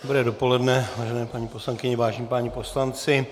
Dobré dopoledne, vážené paní poslankyně, vážení páni poslanci.